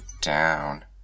down